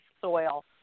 soil